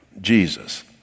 Jesus